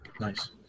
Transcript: Nice